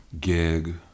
gig